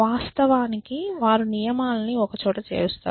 వాస్తవానికి వారు నియమాలను ఒకచోట చేర్చుతారు